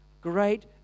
great